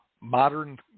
modern